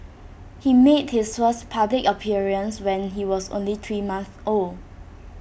he made his first public appearance when he was only three month old